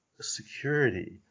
security